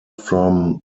from